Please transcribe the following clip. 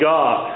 God